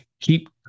keep